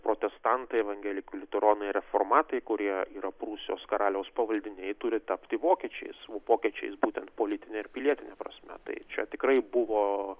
protestantai evangelikai liuteronai reformatai kurie yra prūsijos karaliaus pavaldiniai turi tapti vokiečiai vokiečiais būtent politine ir pilietine prasme tai čia tikrai buvo